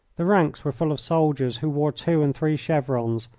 the ranks were full of soldiers who wore two and three chevrons,